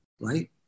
Right